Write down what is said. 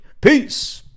Peace